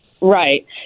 right